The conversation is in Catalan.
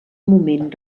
moment